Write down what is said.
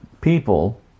people